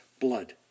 blood